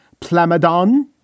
Plamadon